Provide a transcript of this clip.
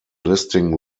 listing